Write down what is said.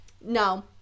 no